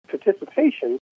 participation